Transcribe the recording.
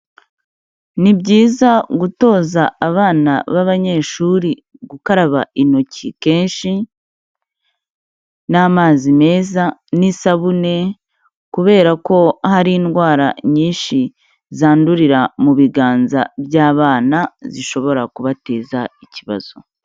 Ni byiza gutoza abana b'abanyeshuri gukaraba intoki kenshi n'amazi meza n'isabune, kubera ko hari indwara nyinshi zandurira mu biganza by'abana, zishobora kubateza ikibazo.